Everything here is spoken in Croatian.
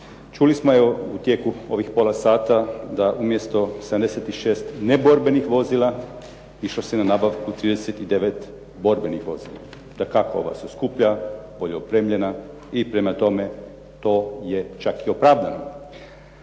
Čuli smo u tijeku ovih pola sata da umjesto 76 neborbenih vozila išlo se na nabavku 39 borbenih vozila. Dakako, ova su skuplja, bolje opremljena i prema tome to je čak i opravdano.